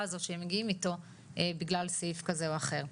הזו שהם מגיעים איתו בגלל סעיף כזה או אחר.